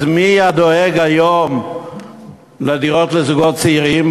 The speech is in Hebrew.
אז מי דואג היום לדירות לזוגות צעירים?